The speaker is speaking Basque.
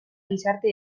gizarte